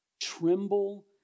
Tremble